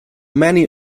many